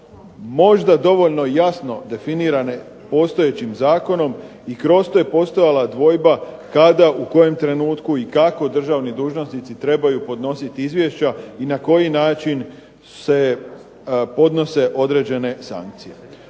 možda dovoljno jasno definirane postojećim zakonom i kroz to postojala dvojba kada, u kojem trenutku i kako državni dužnosnici trebaju podnosit izvješća i na koji način se podnose određene sankcije.